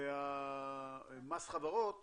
ומס החברות